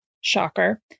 Shocker